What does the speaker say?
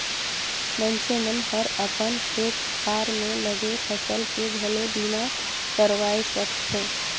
मइनसे मन हर अपन खेत खार में लगे फसल के घलो बीमा करवाये सकथे